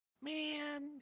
man